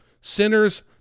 Sinners